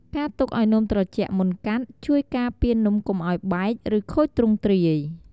ការទុកឱ្យនំត្រជាក់មុនកាត់ ជួយការពារនំកុំឱ្យបែក ឬខូចទ្រង់ទ្រាយ។